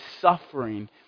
suffering